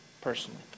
personally